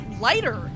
lighter